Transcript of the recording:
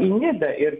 į nida ir